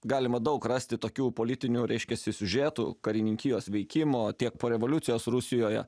galima daug rasti tokių politinių reiškiasi siužetų karininkijos veikimo tiek po revoliucijos rusijoje